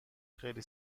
خیلی